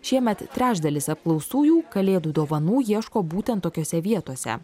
šiemet trečdalis apklaustųjų kalėdų dovanų ieško būten tokiose vietose